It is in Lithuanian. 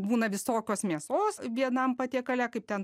būna visokios mėsos vienam patiekale kaip ten